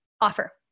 offer